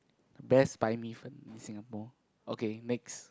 the best 白米粉 in Singapore okay next